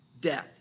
death